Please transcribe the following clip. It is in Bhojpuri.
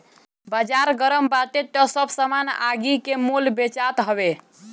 बाजार गरम बाटे तअ सब सामान आगि के मोल बेचात हवे